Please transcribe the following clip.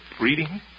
reading